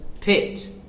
pit